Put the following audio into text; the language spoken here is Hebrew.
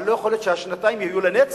אבל לא יכול להיות שהשנתיים יהיו לנצח.